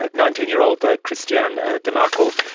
ah nineteen year old, christiane remacle,